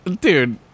Dude